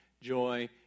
joy